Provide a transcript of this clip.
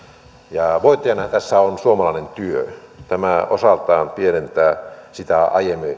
ja voittajanahan tässä on suomalainen työ tämä osaltaan pienentää sitä